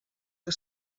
que